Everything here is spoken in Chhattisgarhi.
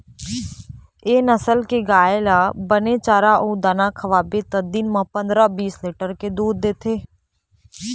ए नसल के गाय ल बने चारा अउ दाना खवाबे त दिन म पंदरा, बीस लीटर तक दूद देथे